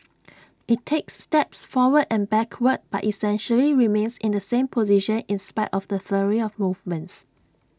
IT takes steps forward and backward but essentially remains in the same position in spite of the flurry of movements